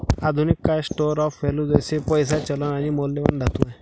आधुनिक काळात store of value जसे पैसा, चलन आणि मौल्यवान धातू आहे